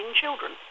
children